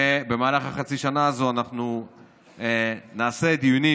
במהלך חצי השנה הזו אנחנו נעשה דיונים,